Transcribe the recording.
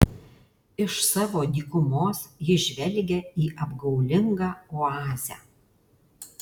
iš savo dykumos ji žvelgia į apgaulingą oazę